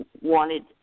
wanted